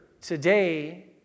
today